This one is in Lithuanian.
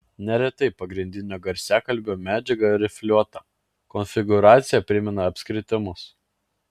neretai pagrindinio garsiakalbio medžiaga rifliuota konfigūracija primena apskritimus